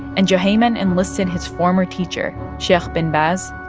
and juhayman enlisted his former teacher, sheikh ibn baz,